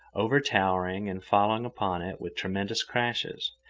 overtowering and falling upon it with tremendous crashes,